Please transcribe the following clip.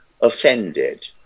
offended